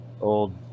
old